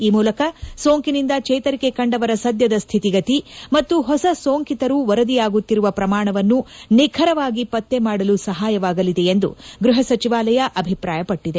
ಈ ಮೂಲಕ ಸೋಂಕಿನಿಂದ ಚೇತರಿಕೆ ಕಂಡವರ ಸದ್ಹದ ಸ್ಥಿತಿಗತಿ ಮತ್ತು ಹೊಸ ಸೋಂಕಿತರು ವರದಿಯಾಗುತ್ತಿರುವ ಪ್ರಮಾಣವನ್ನು ನಿಖರವಾಗಿ ಪತ್ತೆ ಮಾಡಲು ಸಹಾಯವಾಗಲಿದೆ ಎಂದು ಗ್ವಹ ಸಚಿವಾಲಯ ಅಭಿಪ್ರಾಯಪಟ್ಟಿದೆ